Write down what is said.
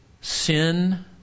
Sin